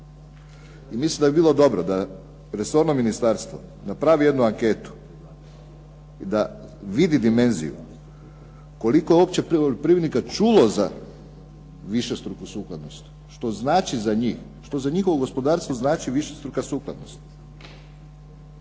I mislim da bi bilo dobro da resorno ministarstvo napravi jednu anketu i da vidi dimenziju koliko je uopće poljoprivrednika čulo za višestruku sukladnost, što znači za njih. Što za njihovo gospodarstvo znači višestruka sukladnost